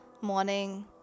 morning